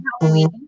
Halloween